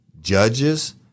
judges